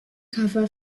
cover